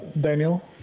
Daniel